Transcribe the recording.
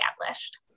established